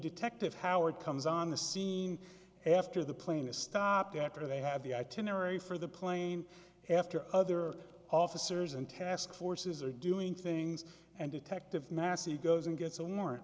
detective howard comes on the scene after the plane is stopped after they have the itinerary for the plane after other officers and task forces are doing things and detective massey goes and gets a war